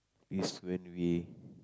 this when we